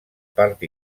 part